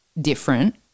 different